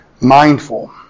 mindful